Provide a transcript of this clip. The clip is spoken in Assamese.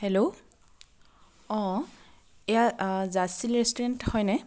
হেল্ল' অঁ এয়া অঁ জাষ্টিন ৰেষ্টুৰেণ্ট হয়নে